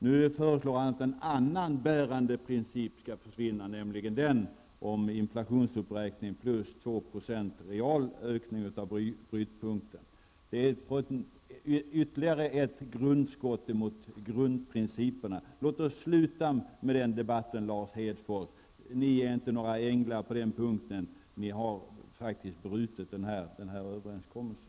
Nu föreslår han att en annan bärande princip skall försvinna, nämligen den om inflationsuppräkning, plus 2 % real ökning av det belopp som utgör brytpunkten. Det är ytterligare ett grundskott mot grundprinciperna. Låt oss sluta med denna debatt, Lars Hedfors. Ni är inte några änglar på den punkten. Ni har faktiskt brutit denna överenskommelse.